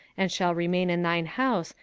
and shall remain in thine house,